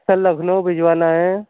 سر لکھنؤ بھجوانا ہے